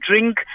drink